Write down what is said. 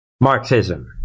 Marxism